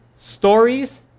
stories